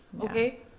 Okay